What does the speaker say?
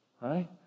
right